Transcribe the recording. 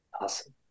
Awesome